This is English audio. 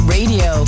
Radio